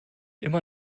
immer